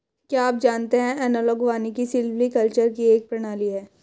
क्या आप जानते है एनालॉग वानिकी सिल्वीकल्चर की एक प्रणाली है